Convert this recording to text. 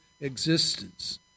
existence